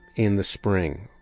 in the spring,